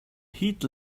heat